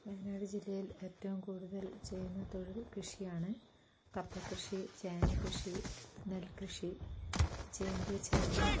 വയനാട് ജില്ലയിൽ ഏറ്റവും കൂടുതൽ ചെയ്യുന്ന തൊഴിൽ കൃഷിയാണ് കപ്പക്കൃഷി ചേനക്കൃഷി നെൽക്കൃഷി ചേമ്പ് ചേന